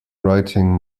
writing